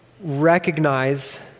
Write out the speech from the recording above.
recognize